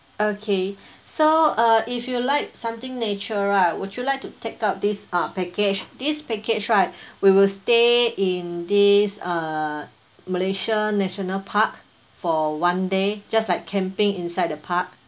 okay so uh if you'd like something nature right would you like to take up this uh package this package right we will stay in this uh malaysia national park for one day just like camping inside the park